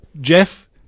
Jeff